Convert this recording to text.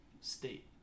State